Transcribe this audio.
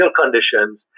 conditions